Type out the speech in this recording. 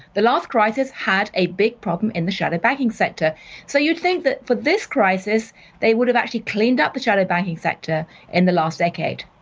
the last crisis had a big problem in the shadow banking sector so you'd think that for this crisis they would have actually cleaned up the shadow banking sector in the last decade,